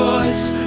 Voice